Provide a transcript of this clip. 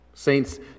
Saints